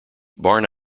barn